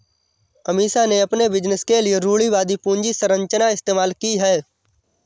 अमीषा ने अपने बिजनेस के लिए रूढ़िवादी पूंजी संरचना इस्तेमाल की है